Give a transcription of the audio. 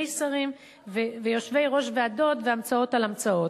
שרים ויושבי-ראש ועדות והמצאות על המצאות.